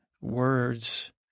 words